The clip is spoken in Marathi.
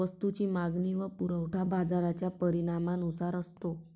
वस्तूची मागणी व पुरवठा बाजाराच्या परिणामानुसार असतो